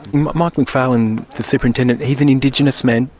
mike macfarlane, the superintendent, he's an indigenous man.